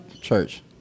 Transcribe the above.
Church